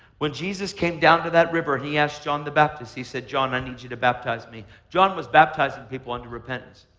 when jesus came down to that river and he asked john the baptist, he said, john, i need you to baptize me. john was baptizing people unto repentance.